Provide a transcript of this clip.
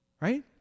Right